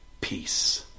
Peace